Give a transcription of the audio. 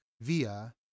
via